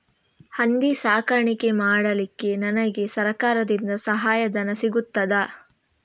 ಹಂದಿ ಸಾಕಾಣಿಕೆ ಮಾಡಲಿಕ್ಕೆ ನನಗೆ ಸರಕಾರದಿಂದ ಸಹಾಯಧನ ಸಿಗುತ್ತದಾ?